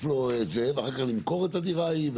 לו את זה ואחר כך למכור את הדירה ההיא.